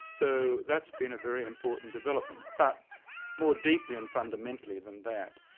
so that's been a very important development. but more deeply and fundamentally than that,